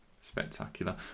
spectacular